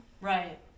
Right